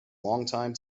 longtime